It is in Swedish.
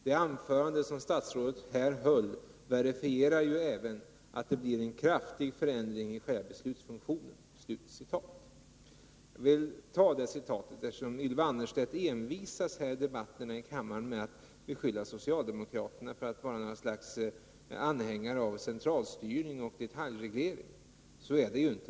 Det anförande som statsrådet här höll verifierade ju även att det blir en kraftig förändring i själva beslutsfunktionen.” Jag ville citera detta, eftersom Ylva Annerstedt i debatten envisas med att beskylla socialdemokraterna för att vara något slags anhängare av centralstyrning och detaljreglering. Så är det ju inte.